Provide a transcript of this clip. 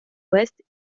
ouest